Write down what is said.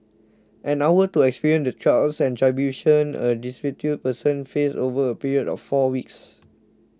an hour to experience the trials and tribulations a destitute person faces over a period of four weeks